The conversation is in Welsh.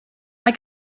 mae